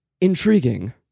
intriguing